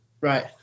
Right